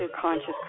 conscious